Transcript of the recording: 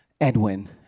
Edwin